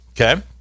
Okay